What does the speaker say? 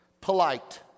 polite